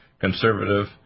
conservative